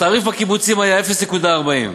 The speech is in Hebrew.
התעריף בקיבוצים היה 0.40,